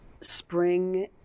spring